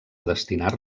destinar